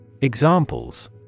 Examples